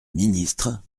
ministre